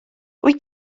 wyt